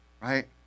right